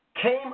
Came